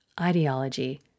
ideology